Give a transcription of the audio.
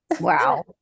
Wow